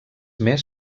més